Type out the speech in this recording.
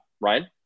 Ryan